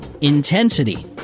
Intensity